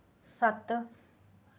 सत्त